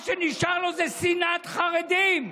מה שנשאר זה שנאת חרדים,